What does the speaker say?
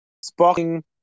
sparking